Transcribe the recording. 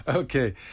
Okay